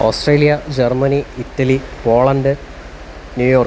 Australia Germany Italy Poland New York